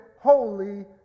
holy